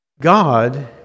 God